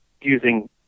using